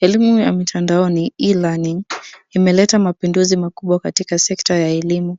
Elimu ya mtandaoni, e-learning imeleta mapinduzi makubwa katika sekta ya elimu.